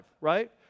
right